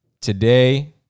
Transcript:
today